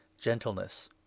gentleness